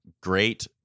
great